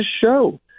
show